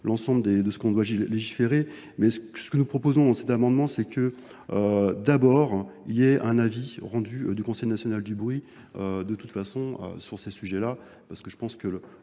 l'ensemble de ce qu'on doit légiférer. Mais ce que nous proposons dans cet amendement, c'est que d'abord, il y ait un avis rendu du Conseil national du bruit, de toute façon, sur ces sujets-là, parce que je pense que